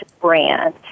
brand